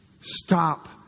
Stop